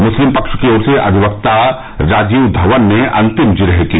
मुस्लिम पक्ष की ओर से वरिष्ठ अधिवक्ता राजीव धवन ने अंतिम जिरह की